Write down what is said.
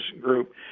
group